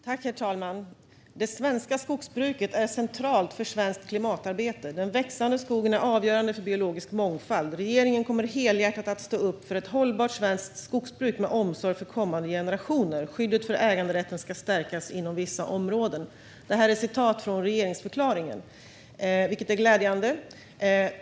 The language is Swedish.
Herr talman! "Det svenska skogsbruket är centralt för svenskt klimatarbete. Den växande skogen är avgörande för den biologiska mångfalden. Regeringen kommer helhjärtat att stå upp för ett hållbart svenskt skogsbruk, med omsorg för kommande generationer. Skyddet för äganderätten ska stärkas inom vissa områden." Detta är ett citat från regeringsförklaringen, vilket är glädjande.